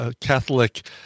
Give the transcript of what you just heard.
Catholic